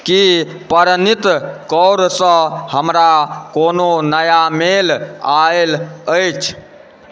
की परनीत कौर सँ हमरा कोनो नया मेल आयल अछि